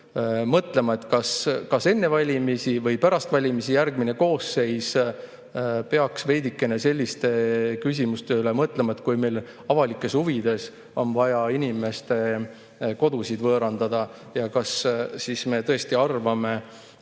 mõtlema – kas enne valimisi või pärast valimisi järgmine koosseis peaks veidikene selliste küsimuste üle mõtlema –, et kui meil avalikes huvides on vaja inimeste kodusid võõrandada, siis kas me tõesti arvame,